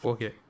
Okay